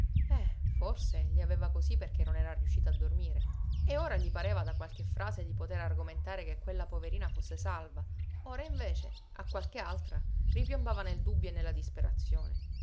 eh forse li aveva così perché non era riuscito a dormire e ora gli pareva da qualche frase di potere argomentare che quella poverina fosse salva ora invece a qualche altra ripiombava nel dubbio e nella disperazione